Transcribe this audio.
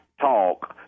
talk